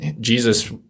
Jesus